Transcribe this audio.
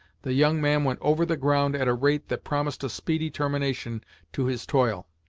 the young man went over the ground at a rate that promised a speedy termination to his toil.